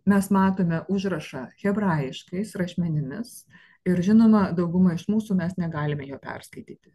mes matome užrašą hebrajiškais rašmenimis ir žinoma dauguma iš mūsų mes negalime jo perskaityti